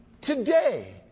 today